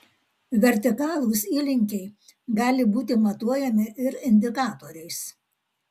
vertikalūs įlinkiai gali būti matuojami ir indikatoriais